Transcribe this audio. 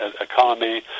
economy